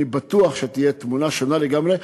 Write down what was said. אני בטוח שתהיה תמונה שונה לגמרי,